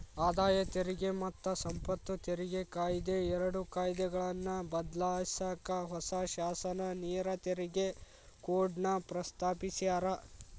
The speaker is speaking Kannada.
ಆದಾಯ ತೆರಿಗೆ ಮತ್ತ ಸಂಪತ್ತು ತೆರಿಗೆ ಕಾಯಿದೆ ಎರಡು ಕಾಯ್ದೆಗಳನ್ನ ಬದ್ಲಾಯ್ಸಕ ಹೊಸ ಶಾಸನ ನೇರ ತೆರಿಗೆ ಕೋಡ್ನ ಪ್ರಸ್ತಾಪಿಸ್ಯಾರ